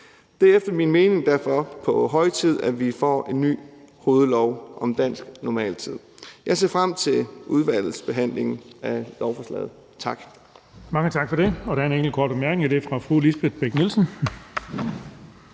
Det er efter min mening derfor på høje tid, at vi får en ny hovedlov om dansk normaltid. Jeg ser frem til udvalgets behandling af lovforslaget. Tak.